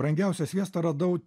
brangiausią sviestą radau